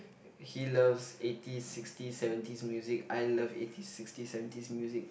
he loves eighties sixties seventies music I love eighties sixties seventies music